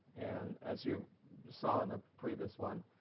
and as you saw in the previous one